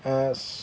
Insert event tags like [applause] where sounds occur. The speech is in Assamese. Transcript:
[unintelligible]